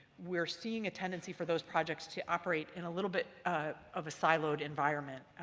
we're seeing a tendency for those projects to operate in a little bit of a siloed environment,